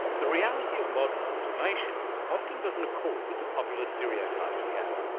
the reality of modern automation often doesn't accord with the popular stereotypes we have.